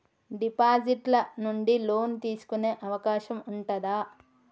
Deposit ల నుండి loan తీసుకునే అవకాశం ఉంటదా?